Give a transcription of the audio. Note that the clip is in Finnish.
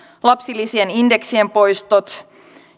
lapsilisien indeksien poistot